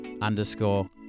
underscore